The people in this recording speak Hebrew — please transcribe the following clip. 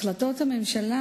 החלטות הממשלה,